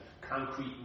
concrete